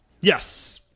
Yes